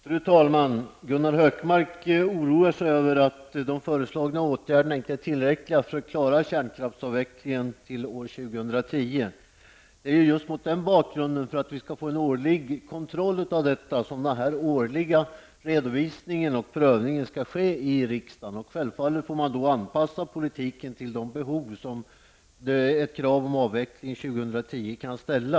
Fru talman! Gunnar Hökmark oroar sig över att de föreslagna åtgärderna inte är tillräckliga för att klara kärnkraftsavvecklingen till 2010. Det är just mot den bakgrunden, och för att vi skall få en årlig kontroll av detta, som vi skall ha en årlig redovisning och prövning i riksdagen. Självfallet får man anpassa politiken till de behov som ett krav om avveckling till 2010 kan ställa.